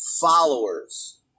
followers